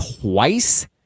twice